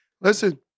Listen